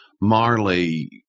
Marley